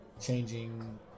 Changing